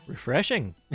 Refreshing